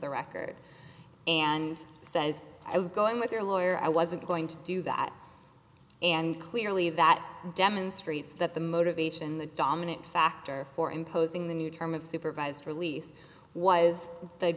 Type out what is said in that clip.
the record and says i was going with your lawyer i wasn't going to do that and clearly that demonstrates that the motivation the dominant factor for imposing the new term of supervised release was the